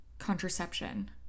contraception